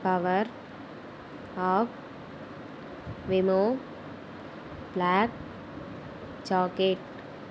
power off memo plug socket